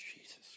Jesus